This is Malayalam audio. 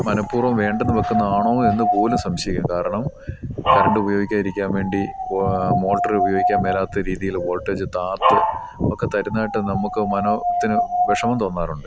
മനഃപൂർവ്വം വേണ്ടെന്നു വെക്കുന്നതാണോ എന്നു പോലും സംശയിക്കുകയാണ് കാരണം കറണ്ട് ഉപയോഗിക്കാതിരിക്കാൻ വേണ്ടി മോട്ടർ ഉപയോഗിക്കാൻ മേല്ലാത്ത രീതിയിൽ വോൾട്ടേജ് താഴ്ത്തി ഒക്കെ തരുന്നതായിട്ട് നമുക്ക് മനോത്തിന് വിഷമം തോന്നാറുണ്ട്